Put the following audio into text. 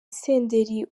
senderi